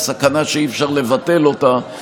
היא סכנה שאי-אפשר לבטל אותה,